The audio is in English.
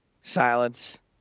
silence